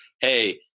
hey